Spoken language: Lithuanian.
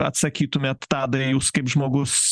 atsakytumėt tadai jūs kaip žmogus